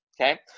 Okay